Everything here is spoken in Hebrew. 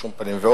בשום פנים ואופן,